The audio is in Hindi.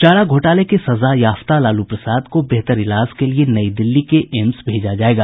चारा घोटाले के सजायाफ्ता लालू प्रसाद को बेहतर इलाज के लिए नई दिल्ली के एम्स भेजा जायेगा